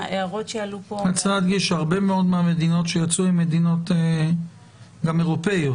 אני רוצה להדגיש שהרבה מאוד מהמדינות שיצאו הן מדינות גם אירופאיות.